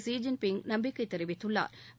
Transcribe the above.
Xi Jinping நம்பிக்கை தொவித்துள்ளாா்